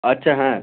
আচ্ছা হ্যাঁ